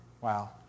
Wow